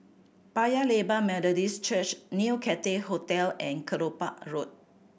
Paya Lebar Methodist Church New Cathay Hotel and Kelopak Road